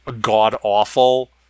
god-awful